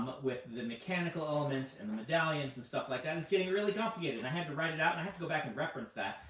with the mechanical elements, and the medallions, and stuff like that, is getting really complicated, and i had to write it out. i have to go back and reference that.